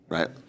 Right